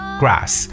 grass